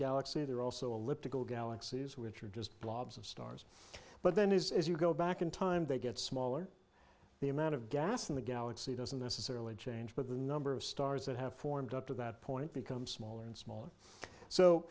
galaxy they're also a loop to go galaxies which are just blobs of stars but then is you go back in time they get smaller the amount of gas in the galaxy doesn't necessarily change but the number of stars that have formed up to that point becomes smaller and smaller so